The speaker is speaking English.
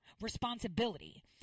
responsibility